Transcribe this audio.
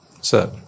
Sir